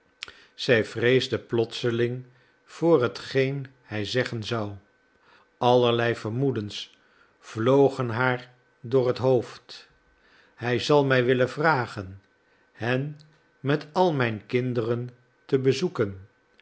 zij vreesde plotseling voor hetgeen hij zeggen zou allerlei vermoedens vlogen haar door het hoofd hij zal mij willen vragen hen met al mijn kinderen te bezoeken